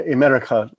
America